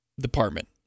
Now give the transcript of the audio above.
department